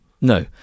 no